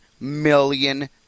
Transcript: million